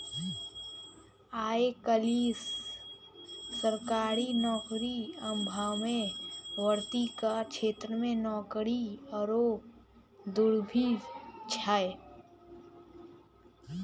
आय काल्हि सरकारी नौकरीक अभावमे वित्त केर क्षेत्रमे नौकरी आरो दुर्लभ छै